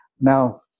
Now